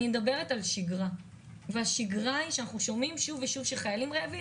אני מדברת על השגרה ובשגרה אנחנו שומעים שוב ושוב שחיילים רעבים.